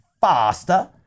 faster